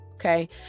Okay